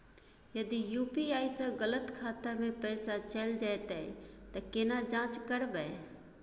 यदि यु.पी.आई स गलत खाता मे पैसा चैल जेतै त केना जाँच करबे?